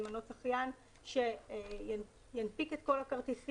למנות זכיין שינפיק את כל הכרטיסים.